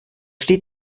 steht